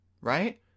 Right